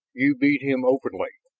you beat him openly,